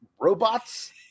robots